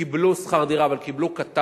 וקיבלו שכר דירה, אבל קיבלו מעט,